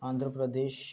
Andhra Pradesh